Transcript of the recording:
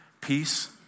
peace